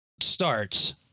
starts